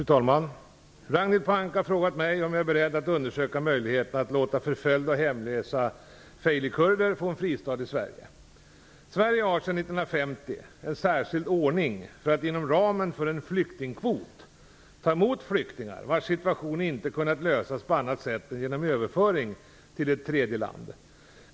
Fru talman! Ragnhild Pohanka har frågat mig om jag är beredd att undersöka möjligheten att låta förföljda och hemlösa feilikurder få en fristad i Sverige. Sverige har sedan 1950 en särskild ordning för att inom ramen för en flyktingkvot ta emot flyktingar vars situation inte kunnat lösas på annat sätt än genom överföring till ett tredje land.